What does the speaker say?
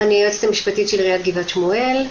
אני היועצת המשפטית של עיריית גבעת שמואל.